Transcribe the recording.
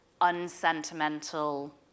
unsentimental